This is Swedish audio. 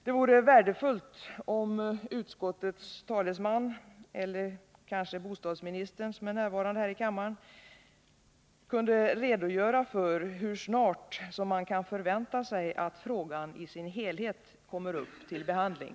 Det vore värdefullt om utskottets talesman, eller kanske bostadsministern som är närvarande här i kammaren, kunde redogöra för hur snart man kan förvänta sig att frågan i sin helhet kommer upp till behandling.